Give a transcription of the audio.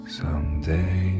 someday